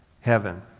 heaven